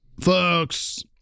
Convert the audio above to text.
Folks